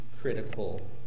critical